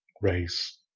race